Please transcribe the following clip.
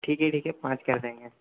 ठीक है ठीक है पाँच कर देंगे